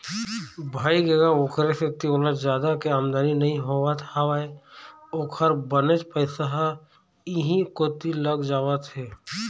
भइगे गा ओखरे सेती ओला जादा के आमदानी नइ होवत हवय ओखर बनेच पइसा ह इहीं कोती लग जावत हे